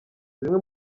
zimwe